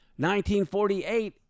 1948